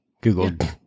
Google